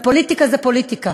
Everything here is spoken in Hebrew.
ופוליטיקה זה פוליטיקה,